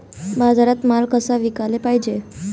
बाजारात माल कसा विकाले पायजे?